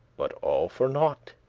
but all for nought,